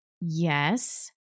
Yes